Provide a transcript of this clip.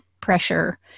pressure